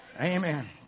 Amen